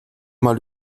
mal